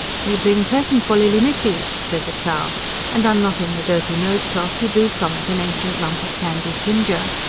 me bling pleasant for lilly missee, said the chow and unknotting a dirty nosecloth, he drew from it an ancient lump of candied ginger.